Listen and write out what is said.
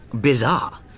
bizarre